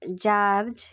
George